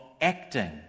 acting